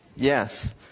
Yes